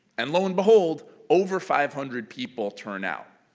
and lo and behold over five hundred people turn out.